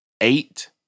eight